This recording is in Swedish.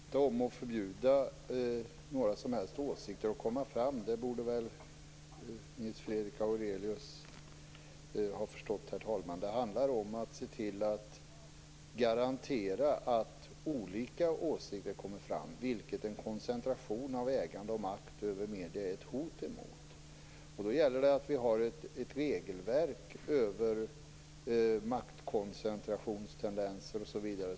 Herr talman! Det handlar inte om att förbjuda några som helst åsikter att komma fram. Det borde väl Nils Fredrik Aurelius ha förstått, herr talman. Det handlar om att se till att garantera att olika åsikter kommer fram, vilket en koncentration av ägande och makt över medier är ett hot mot. Då gäller det att ha ett regelverk som motverkar maktkoncentrationstendenser osv.